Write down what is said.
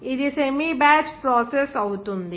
ఇది semi batch process అవుతుంది